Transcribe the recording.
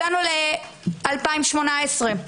הגענו ל-2018,